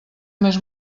més